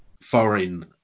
foreign